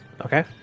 Okay